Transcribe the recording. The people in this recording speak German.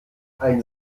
ein